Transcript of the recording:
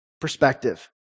perspective